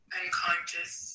unconscious